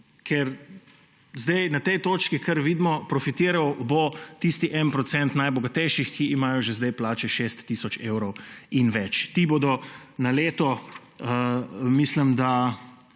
Ker zdaj na tej točki, kar vidimo, profitiral bo tisti en procent najbogatejših, ki imajo že zdaj plače šest tisoč evrov in več. Ti bodo na leto oziroma na